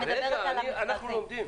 רגע, אנחנו לומדים.